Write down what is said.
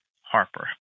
Harper